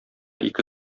ике